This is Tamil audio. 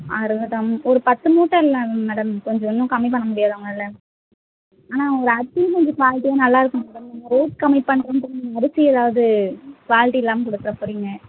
ஆ இருக்கட்டும் ஒரு பத்து மூட்டைல்லாம் மேடம் கொஞ்சம் இன்னும் கம்மி பண்ண முடியாதா உங்களால ஆனால் உங்கள் அரிசியும் கொஞ்சம் குவாலிட்டியாக நல்லாயிருக்கும் மேடம் நீங்கள் ரேட் கம்மி பண்ணுறேன் சொல்லி அரிசி ஏதாவது குவாலிட்டி இல்லாமல் கொடுத்தற போறீங்க